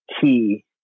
key